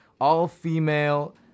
all-female